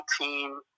team